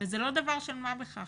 וזה לא דבר של מה בכך.